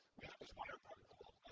we have this wire protocol